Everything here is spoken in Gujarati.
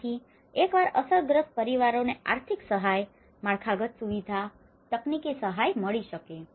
જેનાથી એકવાર અસરગ્રસ્ત પરિવારોને આર્થિક સહાય માળખાગત સુવિધા તકનીકી સહાય મળી શકે